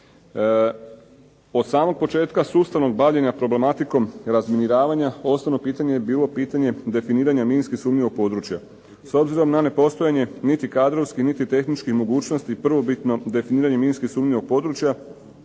Od samog početka sustavnog bavljenja problematikom razminiravanja osnovno pitanje je bilo pitanje definiranje minski sumnjivog područja. S obzirom na nepostojanje niti kadrovskih, niti tehničkih mogućnosti prvobitno definiranje minski sumnjivog područja